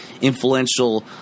influential